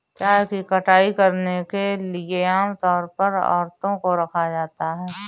चाय की कटाई करने के लिए आम तौर पर औरतों को रखा जाता है